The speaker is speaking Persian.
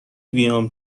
بیام